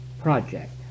project